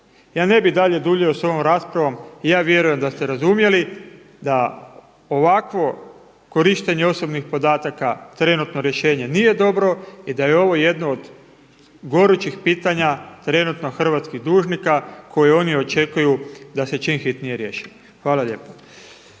Ja ne bih dalje duljio sa ovom raspravom, ja vjerujem da ste razumjeli da ovakvo korištenje osobnih podataka trenutno rješenje nije dobro i da je ovo jedno od gorućih pitanja trenutno hrvatskih dužnika koji oni očekuju da se čim hitnije riješi. Hvala lijepa.